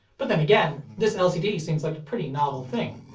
but then again, this lcd seems like a pretty novel thing.